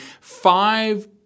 five